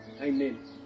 Amen